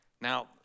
Now